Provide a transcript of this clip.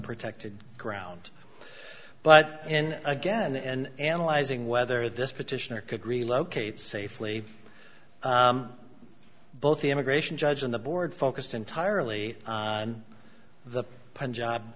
protected ground but in again and analyzing whether this petitioner could relocate safely both the immigration judge and the board focused entirely on the p